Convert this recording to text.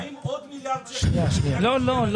האם עוד מיליארד שקל --- לכולם עדיף?